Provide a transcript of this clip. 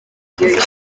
ishingiro